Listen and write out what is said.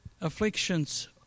afflictions